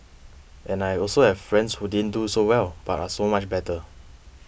and I also have friends who didn't do so well but are so much better